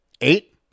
eight